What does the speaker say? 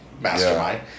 mastermind